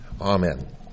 Amen